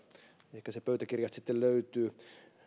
ehkä se pöytäkirjasta sitten löytyy